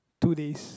two days